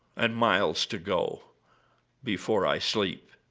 and miles to go before i sleep.